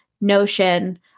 notion